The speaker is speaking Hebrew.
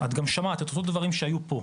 את גם שמעת את אותם דברים שהיו פה.